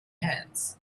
hands